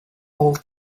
old